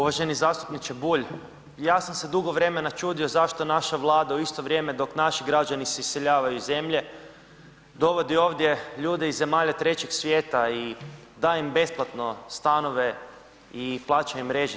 Uvaženi zastupniče Bulj, i ja sam se dugo vremena čudio zašto naša Vlada u isto vrijeme dok naši građani se iseljavaju iz zemlje dovodi ovdje ljude iz zemalja 3 svijeta i daje im besplatno stanove i plaća im režije.